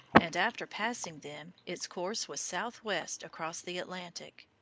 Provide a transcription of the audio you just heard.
and after passing them its course was southwest across the atlantic.